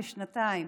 כשנתיים.